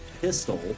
pistol